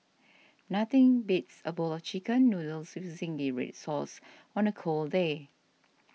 nothing beats a bowl of Chicken Noodles with Zingy Red Sauce on a cold day